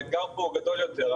האתגר פה הוא גדול יותר,